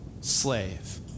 slave